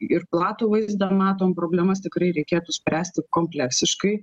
ir platų vaizdą matom problemas tikrai reikėtų spręsti kompleksiškai